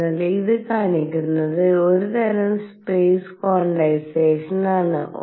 അതിനാൽ ഇത് കാണിക്കുന്നത് ഒരുതരം സ്പേസ് ക്വാണ്ടൈസേഷനാണ്